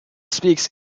speaks